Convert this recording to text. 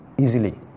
easily